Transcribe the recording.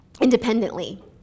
independently